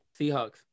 Seahawks